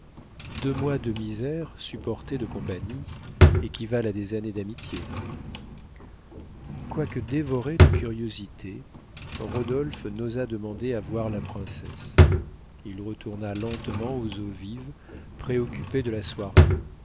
deux mois de misères supportées de compagnie équivalent à des années d'amitié quoique dévoré de curiosité rodolphe n'osa demander à voir la princesse il retourna lentement aux eaux vives préoccupé de la soirée